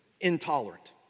intolerant